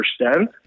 understand